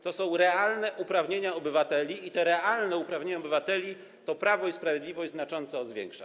To są realne uprawnienia obywateli i te realne uprawnienia obywateli Prawo i Sprawiedliwość znacząco zwiększa.